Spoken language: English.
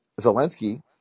Zelensky